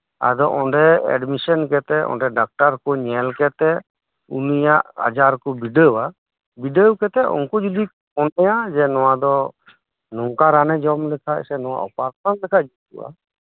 ᱟᱫᱚ ᱚᱱᱰᱮ ᱮᱰᱢᱤᱥᱚᱱ ᱠᱟᱛᱮ ᱰᱟᱠᱛᱟᱨ ᱠᱩ ᱧᱮᱞᱠᱟᱛᱮᱜ ᱩᱱᱤᱭᱟᱜ ᱟᱡᱨᱠᱩ ᱵᱤᱰᱟᱹᱣᱟ ᱵᱤᱰᱟᱹᱣ ᱠᱟᱛᱮ ᱩᱱᱠᱩ ᱡᱚᱫᱤ ᱢᱚᱱᱮᱭᱟ ᱡᱮ ᱱᱚᱣᱟᱫᱚ ᱱᱚᱝᱠᱟ ᱨᱟᱱᱮ ᱡᱚᱢᱞᱮᱠᱷᱟᱡ ᱥᱮ ᱚᱯᱟᱨᱥᱮᱱ ᱞᱮᱠᱷᱟᱡ ᱡᱩᱛᱩᱜᱼᱟ